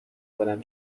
کنم